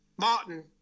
Martin